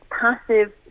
passive